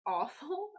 awful